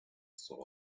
soul